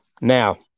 Now